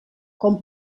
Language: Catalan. com